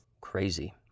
crazy